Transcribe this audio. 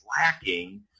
lacking